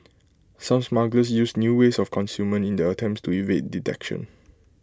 some smugglers used new ways of concealment in their attempts to evade detection